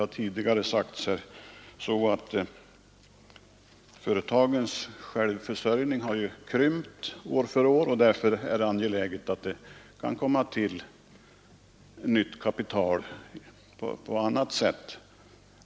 Företagens självfinansieringskrav har, som redan påpekats, minskat år för år, och därför är det angeläget att näringslivet kan tillföras nytt kapital på annat sätt.